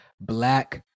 Black